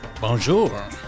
Bonjour